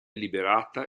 liberata